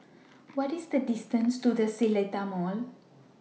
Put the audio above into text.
What IS The distance to The Seletar Mall